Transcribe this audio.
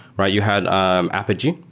right? you had um apogee,